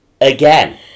again